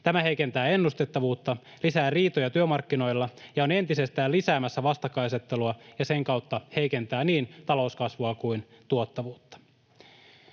Tämä heikentää ennustettavuutta, lisää riitoja työmarkkinoilla ja on entisestään lisäämässä vastakkainasettelua ja sen kautta heikentää niin talouskasvua kuin tuottavuutta.